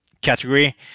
category